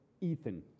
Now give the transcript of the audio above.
Ethan